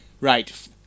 Right